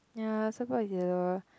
ya support